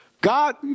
God